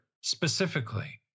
specifically